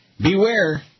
Beware